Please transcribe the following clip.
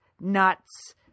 nuts